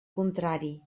contrari